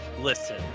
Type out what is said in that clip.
listen